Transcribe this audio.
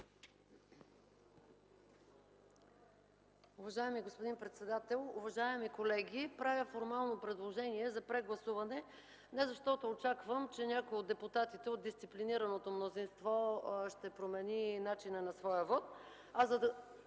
Уважаеми господин председател, уважаеми колеги! Правя формално предложение за прегласуване не защото очаквам, че някой от депутатите от дисциплинираното мнозинство ще промени начина на своя вот,